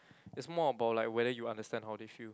it's more about like whether you understand how they feel